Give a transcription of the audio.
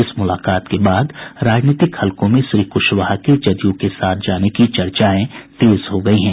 इस मुलाकात के बाद राजनीति हलकों में श्री कुशवाहा के जदयू के साथ जाने की चर्चाएं तेज हो गयी हैं